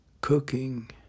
cooking